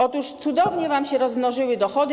Otóż cudownie wam się rozmnożyły dochody.